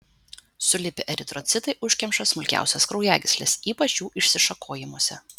sulipę eritrocitai užkemša smulkiausias kraujagysles ypač jų išsišakojimuose